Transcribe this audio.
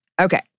Okay